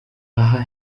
aha